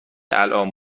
الان